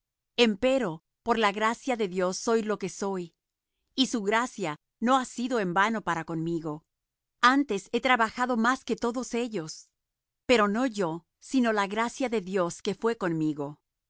dios empero por la gracia de dios soy lo que soy y su gracia no ha sido en vano para conmigo antes he trabajado más que todos ellos pero no yo sino la gracia de dios que fué conmigo